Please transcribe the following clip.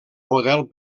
model